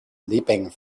leaping